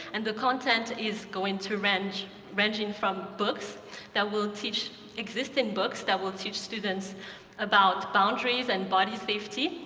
and the content is going to range range and from books that will teach existing books that will teach students about boundaries and body safety.